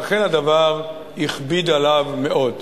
ואכן הדבר הכביד עליו מאוד.